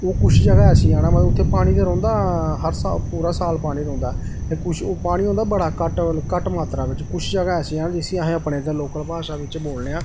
ते कुछ जगह् ऐसियां न मतलब उत्थें पानी ते रौंह्दा कुछ हर साल पूरा साल पानी रौंह्दा कुछ पानी होंदा बड़ घट्ट घट्ट मात्रा च कुछ जगह् ऐसियां न जिसी अस अपनी लोकल भाशा बिच्च बोलने आं